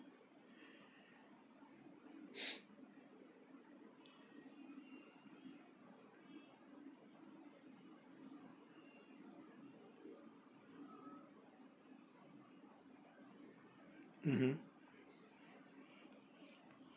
mmhmm